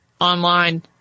online